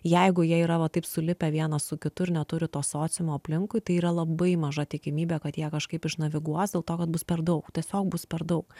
jeigu jie yra va taip sulipę vienas su kitu ir neturi to sociumo aplinkui tai yra labai maža tikimybė kad jie kažkaip išnaviguos dėl to kad bus per daug tiesiog bus per daug